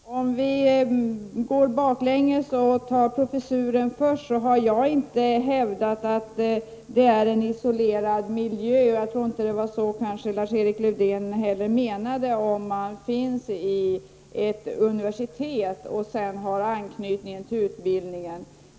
Herr talman! Om vi så att säga skall gå baklänges så tar jag upp frågan om professur först. Jag har inte hävdat att det är en isolerad miljö -- jag tror inte heller det var så Lars-Erik Lövdén menade -- om man finns i ett universitet och sedan har anknytning till utbildningen.